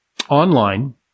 Online